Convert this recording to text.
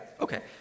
Okay